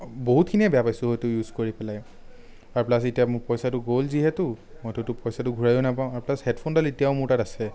বহুতখিনিয়ে বেয়া পাইছোঁ সেইটো ইউজ কৰি পেলাই আৰু প্লাছ এতিয়া মোৰ পইচাটো গ'ল যিহেতু মইতোটো পইচাটো ঘূৰাইও নাপাওঁ আৰু প্লাছ হেডফোনডাল এতিয়াও মোৰ তাত আছে